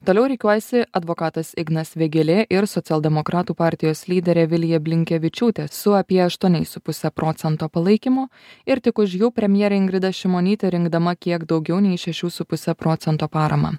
toliau rikiuojasi advokatas ignas vėgėlė ir socialdemokratų partijos lyderė vilija blinkevičiūtė su apie aštuoniais su puse procento palaikymo ir tik už jų premjerė ingrida šimonytė rinkdama kiek daugiau nei šešių su puse procento paramą